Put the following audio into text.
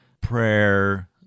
prayer